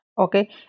Okay